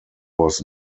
was